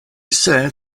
said